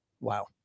Wow